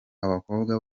abakobwa